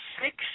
six